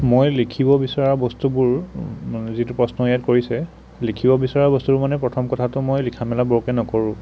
মই লিখিব বিচৰা বস্তুবোৰ মানে যিটো প্ৰশ্ন ইয়াত কৰিছে লিখিব বিচৰা বস্তুবোৰ মানে প্ৰথম কথাটো মই লিখা মেলা বৰকে নকৰোঁ